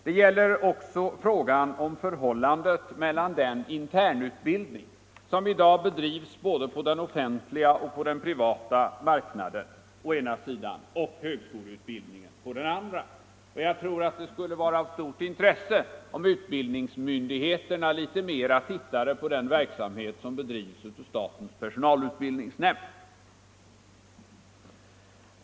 Det gäller slutligen också frågan om förhållandet mellan den internutbildning som i dag bedrivs både på den offentliga och den privata marknaden å ena sidan och på högskolorna å den andra. Jag tror att det skulle vara av stort intresse om utbildningsmyndigheterna tittade litet mera på den verksamhet som bedrivs av statens personalutbildningsnämnd.